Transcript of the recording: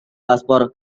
paspor